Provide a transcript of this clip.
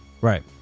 Right